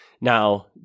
Now